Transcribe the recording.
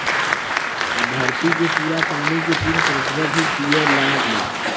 धरती के पूरा पानी के तीन प्रतिशत ही पिए लायक बा